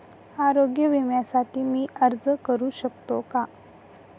आरोग्य विम्यासाठी मी अर्ज करु शकतो का?